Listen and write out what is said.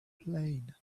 plane